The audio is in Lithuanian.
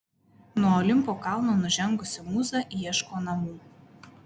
nuo olimpo kalno nužengusi mūza ieško namų